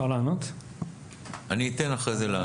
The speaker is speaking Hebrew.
כן,